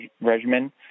regimen